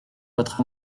votre